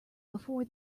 before